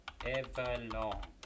everlong